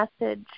message